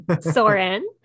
Soren